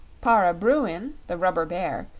para bruin, the rubber bear,